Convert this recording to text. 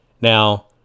Now